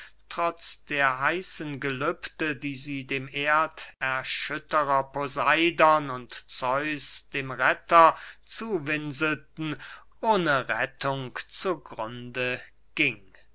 trotz der heißen gelübde die sie dem erderschütterer poseidon und zeus dem retter zuwinselten ohne rettung zu grunde ging